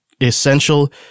essential